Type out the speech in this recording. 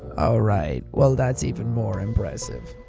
alright, well that's even more impressive.